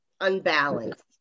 unbalanced